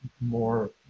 more